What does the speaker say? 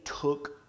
took